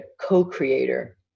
co-creator